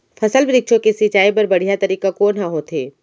फल, वृक्षों के सिंचाई बर बढ़िया तरीका कोन ह होथे?